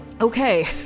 Okay